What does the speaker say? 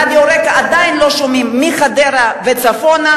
את שידורי רק"ע עדיין לא שומעים מחדרה וצפונה,